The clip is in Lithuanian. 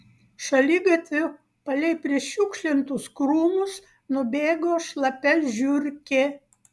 šaligatviu palei prišiukšlintus krūmus nubėgo šlapia žiurkė